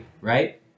right